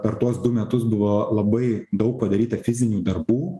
per tuos du metus buvo labai daug padaryta fizinių darbų